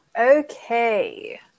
okay